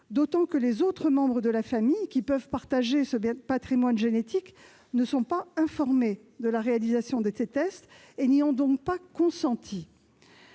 d'autant que les autres membres de la famille qui peuvent partager ce patrimoine génétique ne sont pas informés de la réalisation de ces tests et n'y ont donc pas consenti.